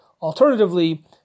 Alternatively